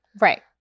Right